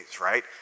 right